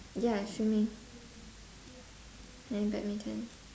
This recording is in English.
ya swimming and badminton